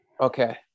Okay